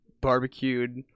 barbecued